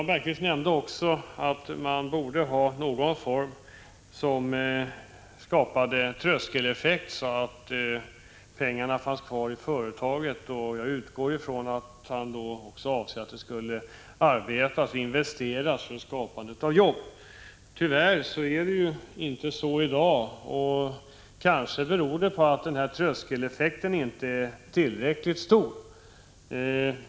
Jan Bergqvist nämnde också att man borde skapa en form av tröskeleffekt, så att pengarna stannar kvar i företaget. Jag utgår från att han också avsåg att pengarna skulle arbeta och investeras för att skapa jobb. Tyvärr är det ju inte så i dag. Det beror kanske på att denna tröskeleffekt inte är tillräckligt stor.